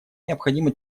необходимо